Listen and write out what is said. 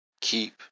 keep